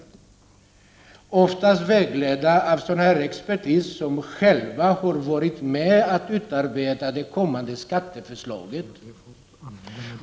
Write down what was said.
Oftast är dessa människor vägledda av en expertis som själv har varit med om att utarbeta kommande skatteförslag.